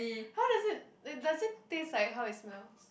how does it uh does it taste like how it smells